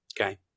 okay